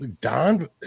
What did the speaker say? Don